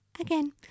Again